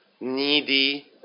needy